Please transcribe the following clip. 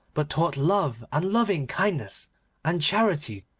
but taught love and loving-kindness and charity,